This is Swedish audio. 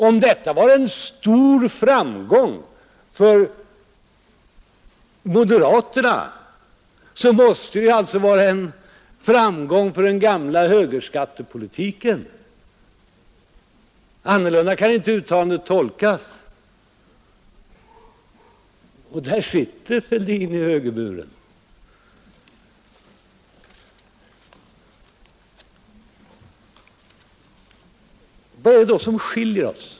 Om detta var en stor framgång för moderaterna, måste det alltså vara en framgång för den gamla högerskattepolitiken — annorlunda kan inte uttalandet tolkas. Och där sitter Fälldin i högerburen, Vad är det då som skiljer oss?